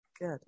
Good